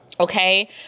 Okay